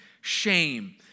shame